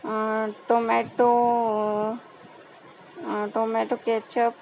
tomato tomato ketchup